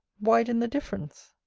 widen the difference!